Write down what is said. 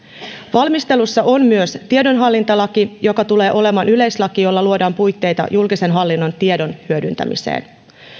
valmistelussa on myös tiedonhallintalaki joka tulee olemaan yleislaki jolla luodaan puitteita julkisen hallinnon tiedon hyödyntämiseen